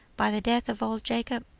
by the death of old jacob,